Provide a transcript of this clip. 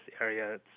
area